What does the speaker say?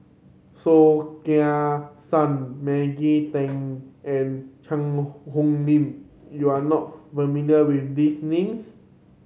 Soh Kay Siang Maggie Teng and Cheang Hong Lim you are not familiar with these names